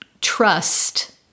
trust